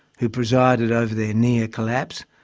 who presided over their near collapse,